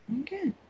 Okay